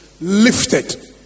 lifted